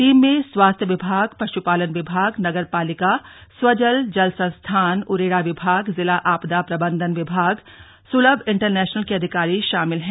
team में स्वास्थ्य विभाग पश्पालन विभाग नगर पालिका स्वजल जल संस्थान उरेडा विभाग जिला आपदा प्रबंधन विभाग सुलभ इंटरनेशनल के अधिकारी शामिल हैं